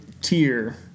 tier